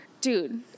Dude